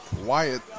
Wyatt